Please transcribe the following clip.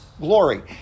glory